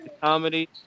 comedy